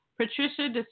Patricia